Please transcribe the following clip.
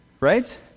right